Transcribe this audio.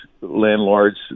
landlords